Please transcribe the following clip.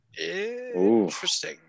Interesting